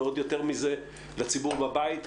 ועוד יותר מזה לציבור בבית,